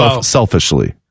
selfishly